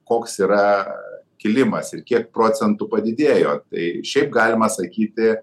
koks yra kilimas ir kiek procentų padidėjo tai šiaip galima sakyti